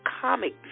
Comic